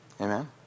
Amen